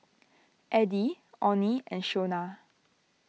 Addie Onnie and Shonna